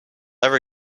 ever